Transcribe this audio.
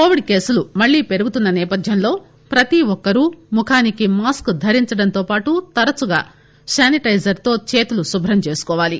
Covid కేసులు మళ్లీ పెరుగుతున్న సేపథ్యంలో ప్రతి ఒక్కరూ ముఖానికి మాస్క్ ధరించడంతో పాటు తరచుగా శానిటైజర్ తో చేతులు శుభ్రం చేసుకోవాలి